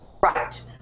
Right